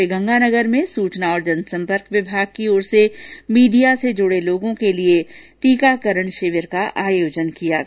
श्रीगंगानगर में सूचना और जनसंपर्क विभाग की ओर से मीडिया से जुड़े लोगों के लिए वैक्सीनेशन शिविर का आयोजन किया गया